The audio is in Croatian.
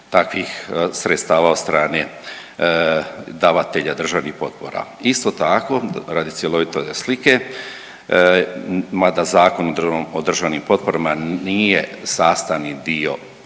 takvih sredstava od strane davatelja državnih potpora. Isto tako, radi cjelovite slike mada Zakon o državnim potporama nije sastavni dio